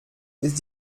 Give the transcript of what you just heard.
ist